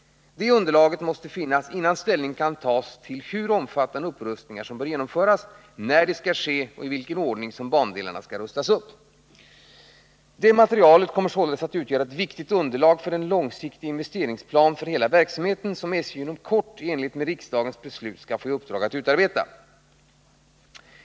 Det underlaget måste finnas innan ställning kan tas till hur omfattande upprustningar som bör genomföras, när de skall ske och i vilken ordning som bandelarna skall rustas upp. Detta material kommer således att utgöra ett viktigt underlag för den långsiktiga investeringsplan för hela verksamheten som SJ inom kort i enlighet med riksdagens beslut skall få i uppdrag att utarbeta.